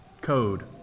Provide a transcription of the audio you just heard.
code